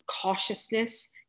cautiousness